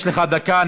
יש לך דקה,